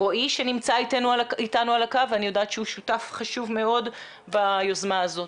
רועי שנמצא איתנו על הקו ואני יודעת שהוא שותף חשוב מאוד ביוזמה הזאת.